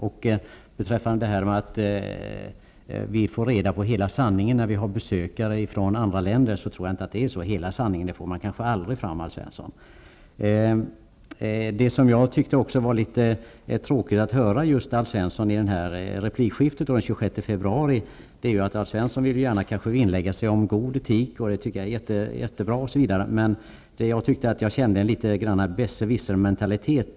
Alf Svensson sade att man får reda på hela sanningen av besökare från andra länder. Jag tror inte att det är så. Man får kanske aldrig fram hela sanningen, Alf Svensson vill gärna vinnlägga sig om god etik -- och det är jättebra --, men det var litet tråkigt att Alf Svensson i replikskiftet i februari visade nå got av en besserwissermentalitet.